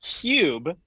Cube